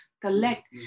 collect